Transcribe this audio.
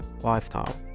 lifestyle